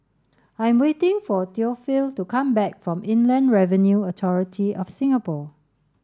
I am waiting for Theophile to come back from Inland Revenue Authority of Singapore